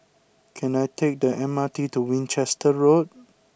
can I take the M R T to Winchester Road